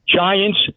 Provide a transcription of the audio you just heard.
Giants